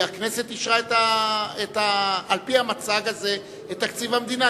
והכנסת אישרה על-פי המצג הזה את תקציב המדינה.